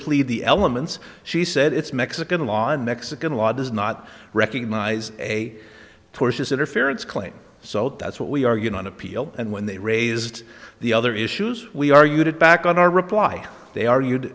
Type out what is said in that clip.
plead the elements she said it's mexican law and mexican law does not recognize a tortious interference claim so that's what we are going on appeal and when they raised the other issues we argued it back on our reply they argued